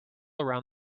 around